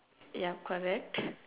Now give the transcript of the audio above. ya correct